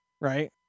right